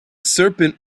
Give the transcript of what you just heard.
serpent